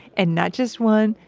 and not just one,